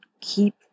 keep